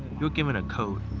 you're given a code.